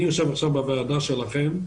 אני יושב עכשיו בוועדה שלכם,